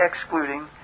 excluding